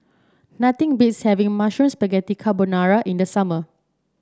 nothing beats having Mushroom Spaghetti Carbonara in the summer